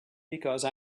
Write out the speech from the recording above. because